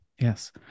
Yes